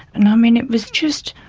and, i mean, it was just